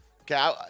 Okay